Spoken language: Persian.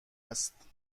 است